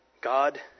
God